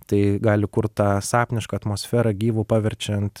tai gali kurt tą sapnišką atmosferą gyvu paverčiant